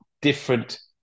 different